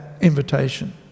invitation